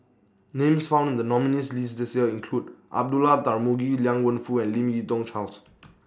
Names found in The nominees' list This Year include Abdullah Tarmugi Liang Wenfu and Lim Yi Yong Charles